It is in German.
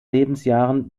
lebensjahren